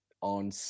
on